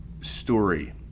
Story